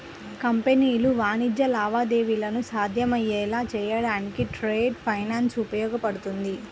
కంపెనీలు వాణిజ్య లావాదేవీలను సాధ్యమయ్యేలా చేయడానికి ట్రేడ్ ఫైనాన్స్ ఉపయోగపడుతుంది